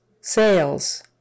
sales